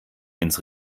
ins